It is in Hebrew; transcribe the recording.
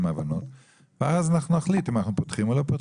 הבנות ואז אנחנו נחליט אם אנחנו פותחים את הרוויזיה או לא.